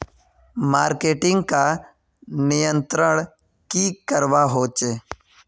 Marketing का नियंत्रण की करवा होचे?